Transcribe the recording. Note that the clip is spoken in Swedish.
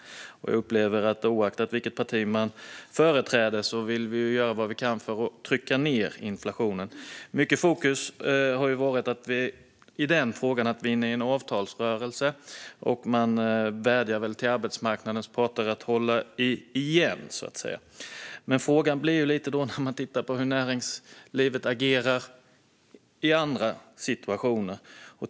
Oavsett vilket parti vi företräder vill vi göra vad vi kan för att trycka ned inflationen. Mycket fokus i den frågan har legat på att vi är inne i en avtalsrörelse, och man vädjar till arbetsmarknadens parter att hålla igen. Men frågan blir då hur näringslivet agerar i andra situationer.